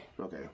Okay